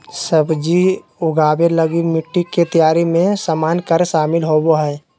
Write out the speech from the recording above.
सब्जी उगाबे लगी मिटटी के तैयारी में सामान्य कार्य शामिल होबो हइ